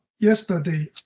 yesterday